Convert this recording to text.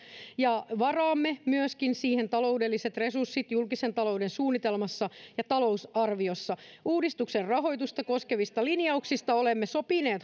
ja varaamme siihen myöskin taloudelliset resurssit julkisen talouden suunnitelmassa ja talousarviossa uudistuksen rahoitusta koskevista linjauksista olemme sopineet